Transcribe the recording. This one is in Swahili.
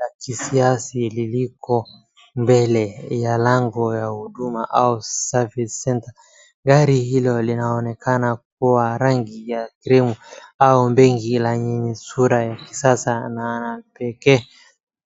La kisiasa lililoko mbele ya lango ya huduma au service center . Gari hilo linaonekana kuwa rangi ya cream au beige la nyinyi sura ya kisasa na ya pekee